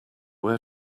where